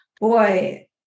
Boy